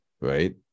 right